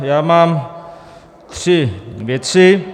Já mám tři věci.